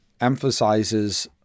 emphasizes